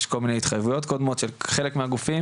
יש כל מיני התחייבויות קודמות של חלק מהגופים.